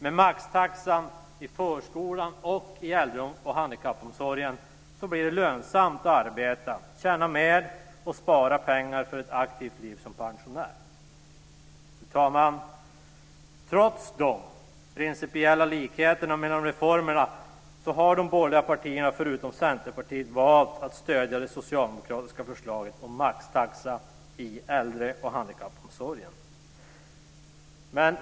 Med maxtaxan i förskolan och i äldre och handikappomsorgen blir det lönsamt att arbeta, tjäna mer och spara pengar för ett aktivt liv som pensionär. Fru talman! Trots de principiella likheterna mellan reformerna har de borgerliga partierna förutom Centerpartiet valt att enbart stödja det socialdemokratiska förslaget om maxtaxa i äldre och handikappomsorgen.